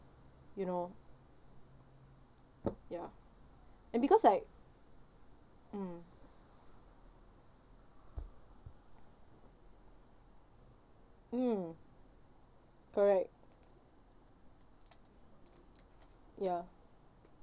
you know ya and because like mm mm correct ya